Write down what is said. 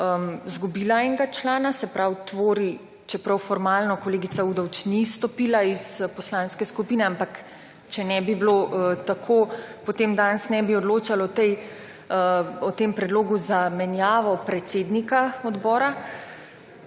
izgubila enega člana, se pravi tvori, čeprav formalno kolegica Udovč ni izstopila iz poslanske skupine, ampak če ne bi bilo tako, potem danes ne bi odločali o tem predlogu za menjavo predsednika odbora.